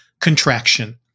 contraction